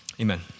Amen